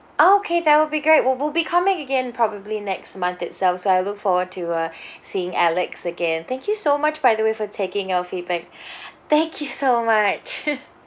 okay that will be great well we'll be coming again probably next month itself so I look forward to uh seeing alex again thank you so much by the way for taking our feedback thank you so much